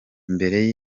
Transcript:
imbere